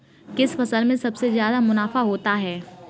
किस फसल में सबसे जादा मुनाफा होता है?